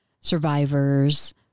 survivors